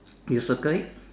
you circle it